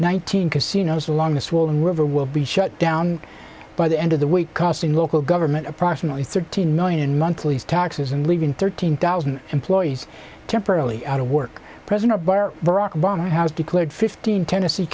nineteen casinos along the swollen river will be shut down by the end of the way costing local government approximately thirteen million monthly taxes and leaving thirteen thousand employees temporarily out of work president bar barack obama has declared fifteen tennessee